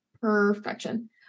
perfection